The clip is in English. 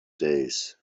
days